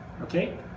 Okay